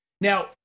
now